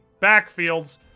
backfields